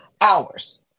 hours